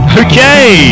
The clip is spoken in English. okay